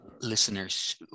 listeners